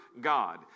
God